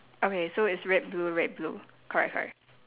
okay so it's red blue red blue correct correct